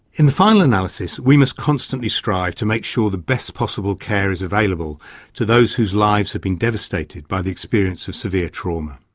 in the final analysis we must constantly strive to make sure the best possible care is available to those whose lives have been devastated by the experience of severe trauma.